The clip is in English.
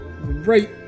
right